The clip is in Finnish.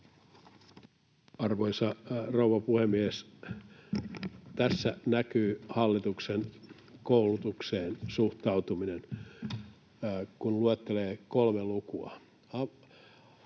Arvoisa rouva puhemies! Tässä näkyy hallituksen suhtautuminen koulutukseen, kun luettelee kolme lukua: